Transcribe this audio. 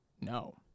No